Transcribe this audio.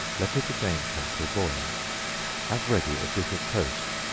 let it again come to a boil have ready a dish of toast,